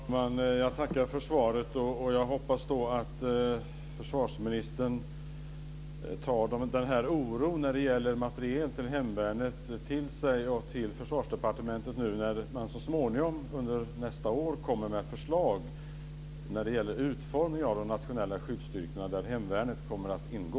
Fru talman! Jag tackar för svaret. Jag hoppas att försvarsministern tar oron när det gäller materiel till hemvärnet till sig och till Försvarsdepartementet när man under nästa år kommer med förslag om utformning av de nationella skyddsstyrkorna, där hemvärnet kommer att ingå.